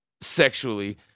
sexually